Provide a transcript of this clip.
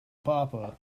papa